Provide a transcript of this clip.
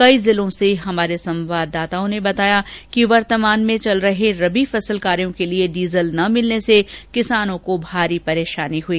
कई जिलों से हमारे संवाददाताओं ने बताया कि वर्तमान में चल रहे रबी फसल कार्यों के लिए डीजल न मिलने से किसानों को भारी परेशानी हुई